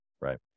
Right